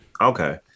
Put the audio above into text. okay